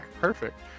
Perfect